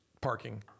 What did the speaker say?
parking